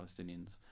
palestinians